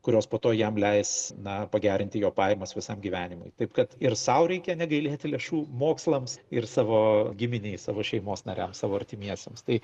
kurios po to jam leis na pagerinti jo pajamas visam gyvenimui taip kad ir sau reikia negailėti lėšų mokslams ir savo giminei savo šeimos nariams savo artimiesiems tai